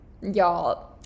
y'all